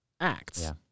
acts